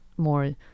more